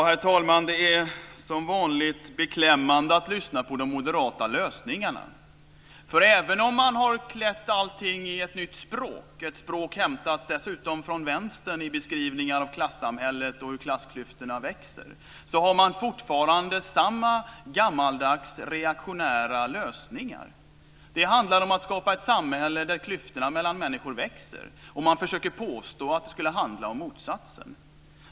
Herr talman! Det är som vanligt beklämmande att lyssna på de moderata lösningarna. Även om man har klätt allting i ett nytt språk - dessutom ett språk hämtat från vänstern, med beskrivningar av klassamhället och hur klassklyftorna växer - har man fortfarande samma gammaldags, reaktionära lösningar. Det handlar om att skapa ett samhälle där klyftorna mellan människor växer, men man försöker påstå att det skulle handla om motsatsen.